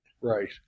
Right